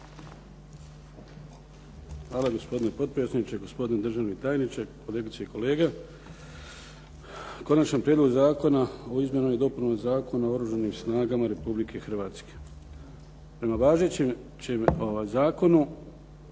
Hvala gospodine potpredsjedniče, gospodine državni tajniče, kolegice i kolege. Konačan prijedlog zakona o izmjenama i dopunama Zakona o Oružanim snagama Republike Hrvatske. Prema važećem zakonu